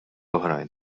oħrajn